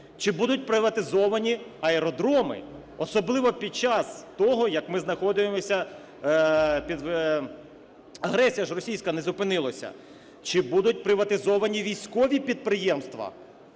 Чи будуть приватизовані аеродроми? Особливо під час того, як ми знаходимося під… агресія ж російська не зупинилася. Чи будуть приватизовані військові підприємства,